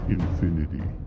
infinity